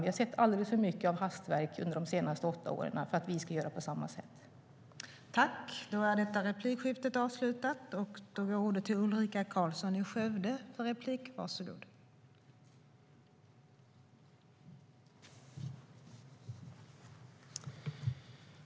Vi har sett alldeles för mycket hastverk de senaste åtta åren för att vi ska göra på samma sätt.